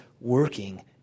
working